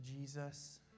Jesus